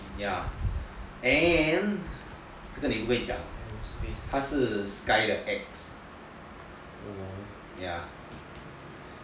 ya and 这个你不可以讲他是 sky 的 ex